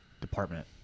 department